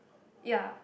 ya